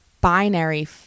binary